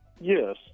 Yes